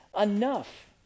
Enough